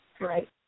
Right